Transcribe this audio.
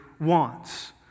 wants